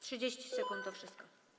30 sekund, to wszystko.